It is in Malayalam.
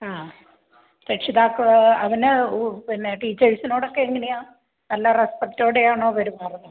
ആ രക്ഷിതാക്കൾ അവന് പിന്നെ ടീച്ചേഴ്സിനോടൊക്കെ എങ്ങനെയാണ് നല്ല റെസ്പെക്റ്റോടെയാണോ പെരുമാറുന്നത്